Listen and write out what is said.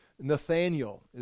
Nathaniel